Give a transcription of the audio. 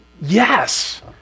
yes